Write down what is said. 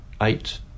eight